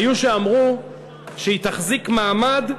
היו שאמרו שהיא תחזיק מעמד שנה.